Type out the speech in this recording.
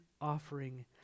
offering